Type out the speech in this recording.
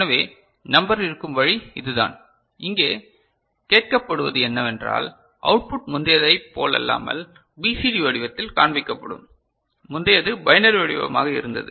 எனவே நம்பர் இருக்கும் வழி இதுதான் இங்கே கேட்கப்படுவது என்னவென்றால் அவுட்புட் முந்தையதைப் போலல்லாமல் பிசிடி வடிவத்தில் காண்பிக்கப்படும் முந்தையது பைனரி வடிவமாக இருந்தது